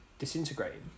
disintegrating